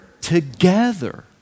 together